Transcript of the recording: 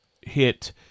hit